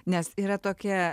nes yra tokia